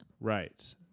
Right